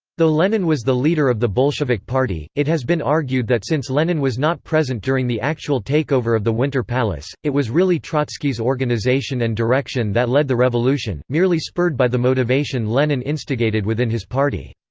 though lenin was the leader of the bolshevik party, it has been argued that since lenin was not present during the actual takeover of the winter palace, it was really trotsky's organization and direction that led the revolution, merely spurred by the motivation lenin instigated within his party.